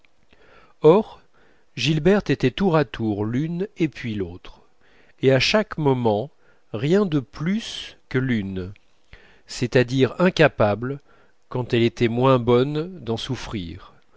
or gilberte était tour à tour l'une et puis l'autre et à chaque moment rien de plus que l'une c'est-à-dire incapable quand elle était moins bonne d'en souffrir